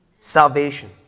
Salvation